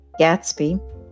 Gatsby